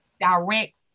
direct